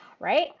right